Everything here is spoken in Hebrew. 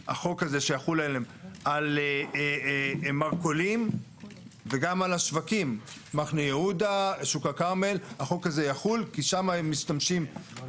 יש לשים לב להיזהר בהחלת דברים מסוימים שידרשו מהם מעבר